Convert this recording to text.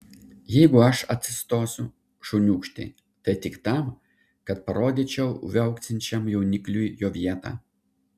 jeigu aš atsistosiu šuniūkšti tai tik tam kad parodyčiau viauksinčiam jaunikliui jo vietą